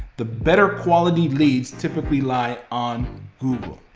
the better quality leads typically lie on google.